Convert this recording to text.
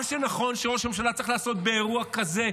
מה שראש הממשלה צריך לעשות באירוע כזה,